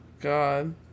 God